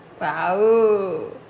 Wow